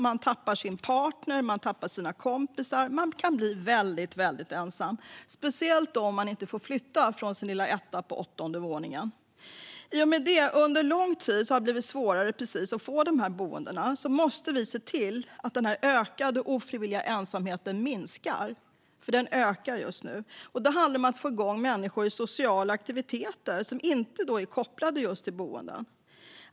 Man tappar sin partner och sina kompisar och kan bli väldigt ensam, speciellt om man inte får flytta från sin lilla etta på åttonde våningen. I och med att det under lång tid har blivit svårare för äldre att få plats på ett boende måste vi se till att den ökade ofrivilliga ensamheten minskar. Just nu ökar den. Det handlar om att få igång människor i sociala aktiviteter som inte är kopplade till just boendet.